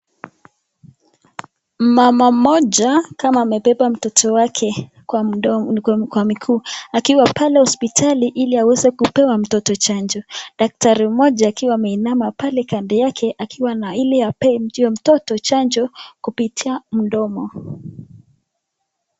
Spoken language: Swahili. Mama mmoja kama amebeba mtoto wake kwa miguu akiwa pale hospitali ili aweze kupea mtoto chanjo. Daktari mmoja akiwa ameinama pale kando yake akiwa na ili apee mtoto chanjo kupitia mdomo.